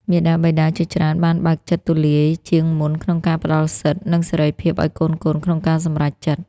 មាតាបិតាជាច្រើនបានបើកចិត្តទូលាយជាងមុនក្នុងការផ្ដល់សិទ្ធិ និងសេរីភាពឱ្យកូនៗក្នុងការសម្រេចចិត្ត។